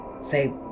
Say